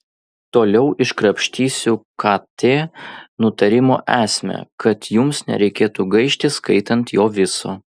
toliau iškrapštysiu kt nutarimo esmę kad jums nereikėtų gaišti skaitant jo viso